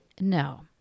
No